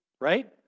right